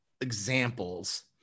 examples